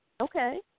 Okay